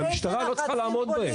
שהמשטרה לא צריכה לעמוד בהם.